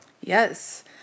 Yes